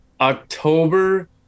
October